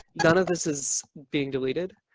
none of this is being deleted.